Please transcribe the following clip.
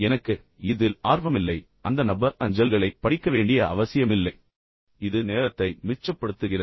பின்னர் எனக்கு இதில் ஆர்வம் இல்லை அந்த நபர் அஞ்சல்களைத் திறந்து அதைப் படிக்க வேண்டிய அவசியமில்லை இது மிகவும் நேரத்தை மிச்சப்படுத்துகிறது